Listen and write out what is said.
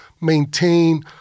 maintain